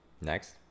Next